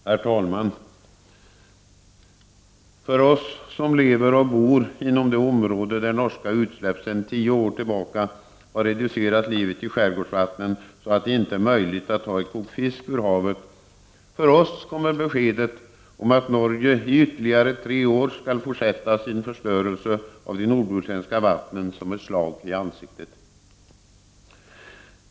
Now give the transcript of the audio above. Herr talman! För oss som lever och bor inom det område där norska utsläpp sedan tio år tillbaka har reducerat livet i skärgårdsvattnen, så att det inte är möjligt att ta ett kok fisk ur havet, kom beskedet om att Norge i ytterligare tre år skall fortsätta sin förstörelse av de nordbohuslänska vattnen som ett slag i ansiktet.